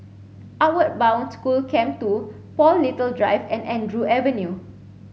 outward Bound School Camp two Paul Little Drive and Andrew Avenue